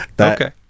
okay